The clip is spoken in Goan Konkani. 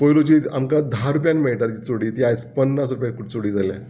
पयलू जी आमकां धा रुपयान मेळटाली चुडी ती आयज पन्नास रुपया चुडी जाल्या